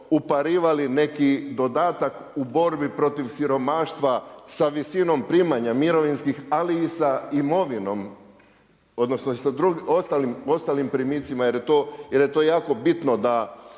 uparivali neki dodatak u borbi protiv siromaštva sa visinom primanja mirovinskih, ali i sa imovinom odnosno i sa ostalim primicima jer je to jako bitno da